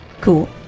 Cool